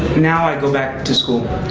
now, i go back to school.